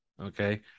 Okay